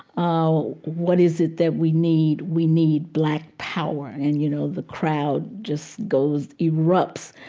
ah what is it that we need? we need black power. and, you know, the crowd just goes erupts.